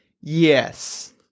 Yes